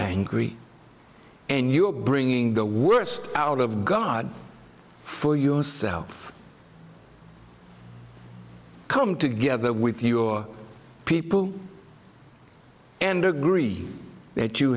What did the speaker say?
angry and you're bringing the worst out of god for yourself come together with your people and agree that you